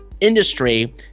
industry